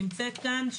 שנמצאת כאן,